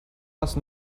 las